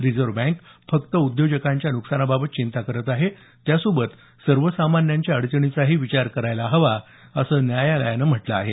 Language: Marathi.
रिजव्हे बँक फक्त उद्योजकांच्या न्कसानाबाबत चिंता करत आहे त्यासोबतच सर्वसामान्यांच्या अडचणीचाही विचार करायला हवां असं न्यायालयानं म्हटलं आहे